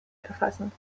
befassen